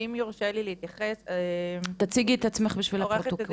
אם יורשה לי להתייחס --- תציגי את עצמך בשביל הפרוטוקול.